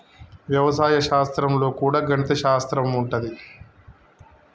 వ్యవసాయ శాస్త్రం లో కూడా గణిత శాస్త్రం ఉంటది